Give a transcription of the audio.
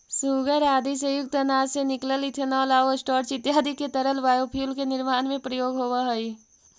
सूगर आदि से युक्त अनाज से निकलल इथेनॉल आउ स्टार्च इत्यादि के तरल बायोफ्यूल के निर्माण में प्रयोग होवऽ हई